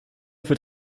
für